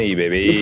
baby